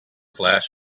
flash